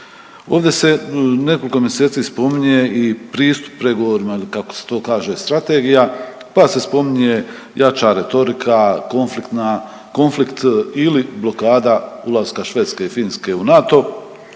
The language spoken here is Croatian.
Ovdje se nekoliko mjeseci spominje i pristup pregovorima ili kako se to kaže strategija pa se spominje jača retorika, konfliktna, konflikt ili blokada ulaska Švedske i Finske u NATO.